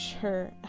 sure